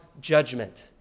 judgment